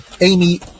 Amy